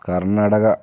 Karnataka